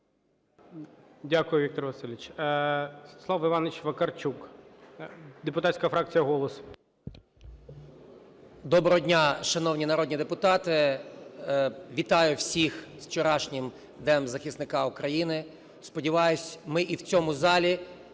Дякую, Віктор Васильович. Станіслав Іванович Вакарчук, депутатська фракція "Голос". 12:49:47 ВАКАРЧУК С.І. Доброго дня, шановні народні депутати, вітаю всіх з вчорашнім Днем захисника України. Сподіваюсь, ми і в цьому залі